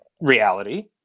reality